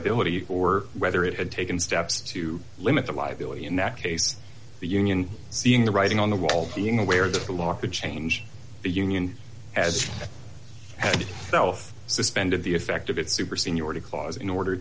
liability or whether it had taken steps to limit the liability in that case the union seeing the writing on the wall being aware of the law could change the union as health suspended the effect of its super seniority clause in order